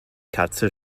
katze